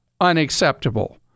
unacceptable